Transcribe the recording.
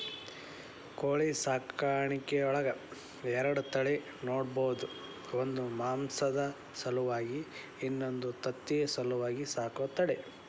ಕೋಳಿ ಸಾಕಾಣಿಕೆಯೊಳಗ ಎರಡ ತಳಿ ನೋಡ್ಬಹುದು ಒಂದು ಮಾಂಸದ ಸಲುವಾಗಿ ಇನ್ನೊಂದು ತತ್ತಿ ಸಲುವಾಗಿ ಸಾಕೋ ತಳಿ